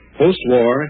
post-war